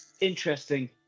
Interesting